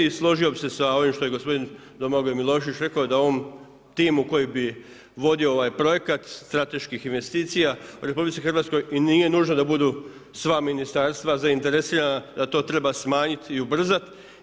I složio bih se s ovim što je gospodin Domagoj Milošević rekao da ovom timu koji bi vodio ovaj projekat strateških investicija u RH i nije nužno da budu sva ministarstva zainteresirana da to treba smanjiti i ubrzati.